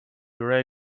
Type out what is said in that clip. your